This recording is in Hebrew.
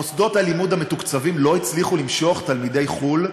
מוסדות הלימוד המתוקצבים לא הצליחו למשוך תלמידי חו"ל.